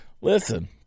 listen